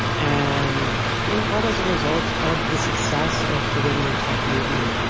and in part as a result of the success of the women in tech movement,